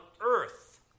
earth